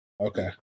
Okay